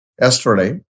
yesterday